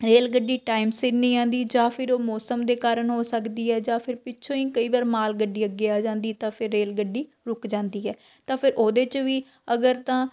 rail ਗੱਡੀ time ਸਿਰ ਨਹੀਂ ਆਉਂਦੀ ਜਾਂ ਫਿਰ ਉਹ ਮੌਸਮ ਦੇ ਕਾਰਨ ਹੋ ਸਕਦੀ ਹੈ ਜਾਂ ਫਿਰ ਪਿੱਛੋ ਹੀ ਕਈ ਵਾਰ ਮਾਲ ਗੱਡੀ ਅੱਗੇ ਆ ਜਾਂਦੀ ਤਾਂ ਫਿਰ ਰੇਲ ਗੱਡੀ ਰੁਕ ਜਾਂਦੀ ਹੈ ਤਾਂ ਫਿਰ ਉਹਦੇ 'ਚ ਵੀ ਅਗਰ ਤਾਂ